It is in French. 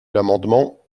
l’amendement